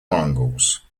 mongols